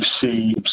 see